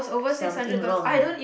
something wrong ah